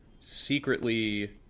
secretly